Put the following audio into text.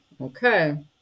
okay